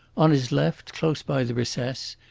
on his left, close by the recess,